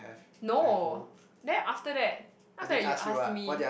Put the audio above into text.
no then after that after that you ask me